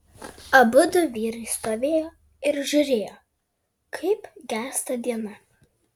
abudu vyrai stovėjo ir žiūrėjo kaip gęsta diena